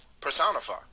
personify